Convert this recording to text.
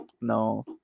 No